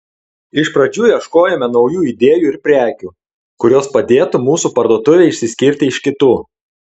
iš pradžių ieškojome naujų idėjų ir prekių kurios padėtų mūsų parduotuvei išsiskirti iš kitų